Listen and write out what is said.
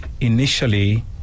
Initially